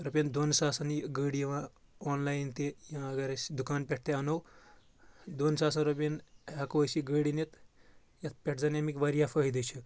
رۄپیَن دۄن ساسن یہِ گٔر یِوان آنلایٕن تہِ یا اگر أسۍ دُکان پؠٹھ تہِ اَنو دۄن ساسَن رۄپیَن ہؠکو أسۍ یہِ گٔر أنِتھ یتھ پؠٹھ زَن امِکۍ واریاہ فٲہِدٕ چھِ